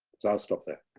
so i'll stop there.